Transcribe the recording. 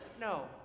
No